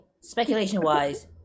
speculation-wise